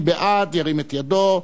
מי בעד, ירים את ידו.